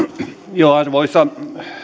ensin arvoisa